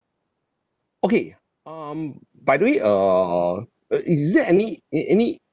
okay uh um by the way err uh is there any a~ any